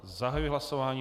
Zahajuji hlasování.